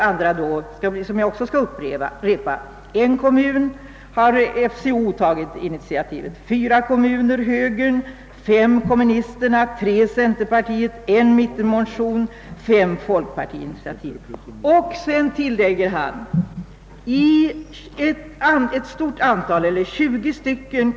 Vidare upprepar jag att i en "kommun har:' initiativet tagits av FCO, i fyra av högern och i fem av kommunisterna, medan i tre.